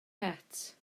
het